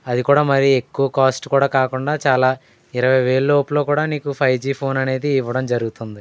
అది కూడా మరీ ఎక్కువ కాస్ట్ కూడా కాకుండా చాలా ఇరవైవేల లోపల కూడా నీకు ఫైవ్ జీ ఫోన్ అనేది ఇవ్వడం జరుగుతుంది